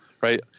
right